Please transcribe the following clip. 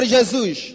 Jesus